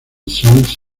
songs